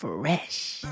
Fresh